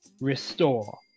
Restore